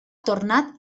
tornat